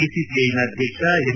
ಬಿಸಿಸಿಐನ ಅಧ್ಯಕ್ಷ ಎಂ